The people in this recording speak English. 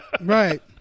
Right